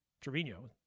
Trevino